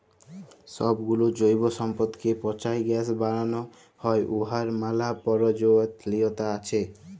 ছবগুলা জৈব সম্পদকে পঁচায় গ্যাস বালাল হ্যয় উয়ার ম্যালা পরয়োজলিয়তা আছে